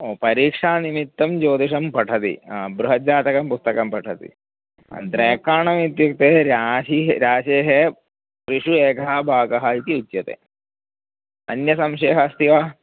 ओ परीक्षानिमित्तं ज्योतिषं पठति ह बृहज्जातकं पुस्तकं पठति द्रेकाणम् इत्युक्ते राशिः राशेः त्रिषु एकः भागः इति उच्यते अन्यसंशयः अस्ति वा